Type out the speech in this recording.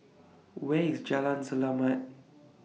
Where IS Jalan Selamat